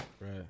Right